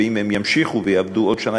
ואם הם ימשיכו ויעבדו עוד שנה,